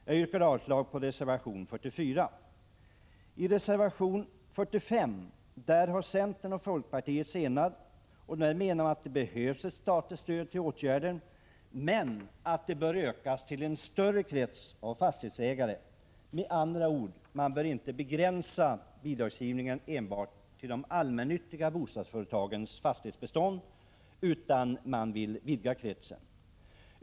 Jag yrkar avslag på reservation 44. I reservation 45 har centerpartiet och folkpartiet enats. Man menar att här behövs ett statligt stöd till åtgärder men att det bör ökas till en större krets av fastighetsägare. Med andra ord bör man inte begränsa bidragsgivningen till att avse enbart de allmännyttiga bostadsföretagens fastighetsbestånd.